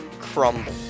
crumble